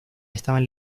estaban